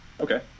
Okay